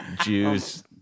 Jews